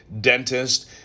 dentist